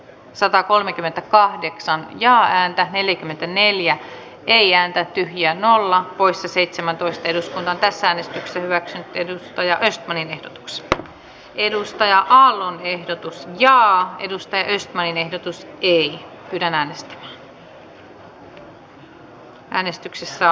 satakolmekymmentä kahdeksan ja ääntä neljäkymmentäneljä ei ääntä tyhjä nolla poissa seitsemäntoista eli mäntässänne sillä sen edeltäjä eskonen sprn edustaja aallon ehdotus ja edustaja ei näin ehdotus ei äänestysjärjestys hyväksyttiin